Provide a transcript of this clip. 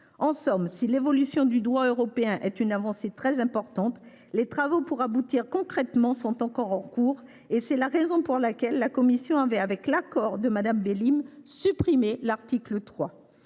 En somme, si l’évolution du droit européen est une avancée très importante, les travaux pour aboutir concrètement sont toujours en cours. C’est la raison pour laquelle la commission a, avec l’accord de Mme Bélim, supprimé l’article 3.